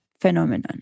phenomenon